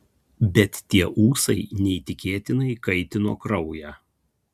bet tie ūsai neįtikėtinai kaitino kraują